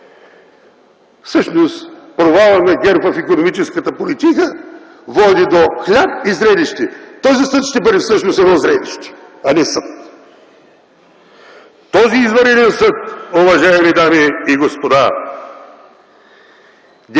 Всъщност провалът на ГЕРБ в икономическата политика води до хляб и зрелище. Този съд ще бъде едно зрелище, а не съд. Този извънреден съд, уважаеми дами и господа,